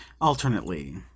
alternately